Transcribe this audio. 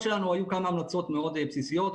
היו כמה המלצות מאוד בסיסיות.